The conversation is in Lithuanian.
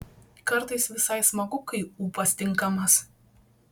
kartais visai smagu kai ūpas tinkamas